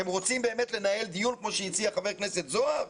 אתם רוצים באמת לנהל דיון כמו שהציע חבר הכנסת זוהר?